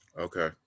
Okay